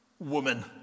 woman